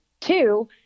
two